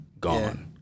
Gone